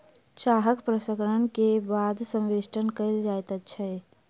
चाहक प्रसंस्करण के बाद संवेष्टन कयल जाइत अछि